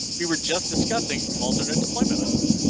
we were just discussing alternate deployment methods.